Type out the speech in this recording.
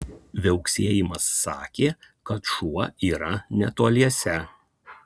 viauksėjimas sakė kad šuo yra netoliese